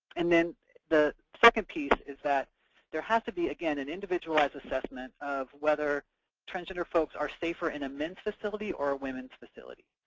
and then the second piece is that there has to be, again, an individualized assessment of whether transgender folks are safer in a men's facility or a women's facility.